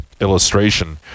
illustration